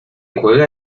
juega